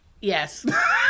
Yes